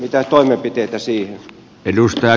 mitä toimenpiteitä on siihen